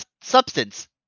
substance